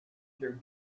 through